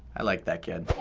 i like that kid.